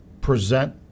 present